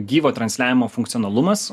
gyvo transliavimo funkcionalumas